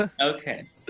Okay